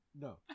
No